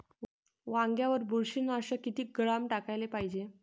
वांग्यावर बुरशी नाशक किती ग्राम टाकाले पायजे?